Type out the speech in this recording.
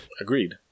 Agreed